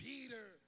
Peter